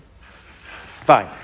Fine